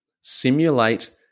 Simulate